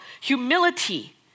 humility